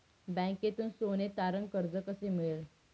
बँकेतून सोने तारण कर्ज कसे मिळेल?